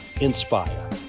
inspire